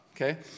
Okay